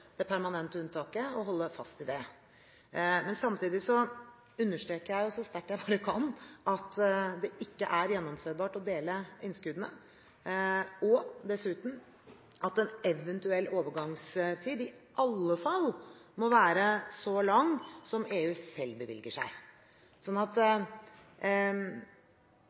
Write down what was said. det permanente unntaket og holde fast ved det. Men samtidig understreker jeg så sterkt jeg bare kan, at det ikke er gjennomførbart å dele innskuddene, og dessuten at en eventuell overgangstid i alle fall må være så lang som EU selv bevilger seg. Jeg mener nok at